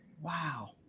Wow